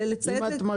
סליחה אדוני היושב ראש,